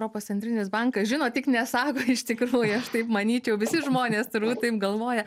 europos centrinis bankas žino tik nesako iš tikrųjų aš taip manyčiau visi žmonės turbūt taip galvoja